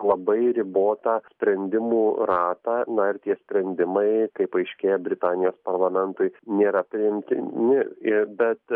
labai ribotą sprendimų ratą na ir tie sprendimai kaip paaiškėja britanijos parlamentui nėra priimtini ir bet